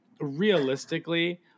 realistically